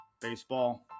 baseball